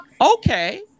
okay